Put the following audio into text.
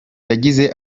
yagize